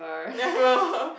never